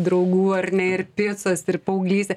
draugų ar ne ir picos ir paauglystė